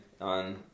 on